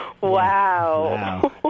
Wow